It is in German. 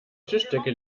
tischdecke